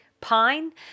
Pine